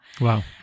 Wow